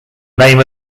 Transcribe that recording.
name